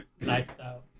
lifestyle